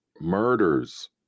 Murders